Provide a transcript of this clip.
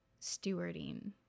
stewarding